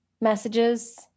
messages